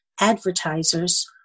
advertisers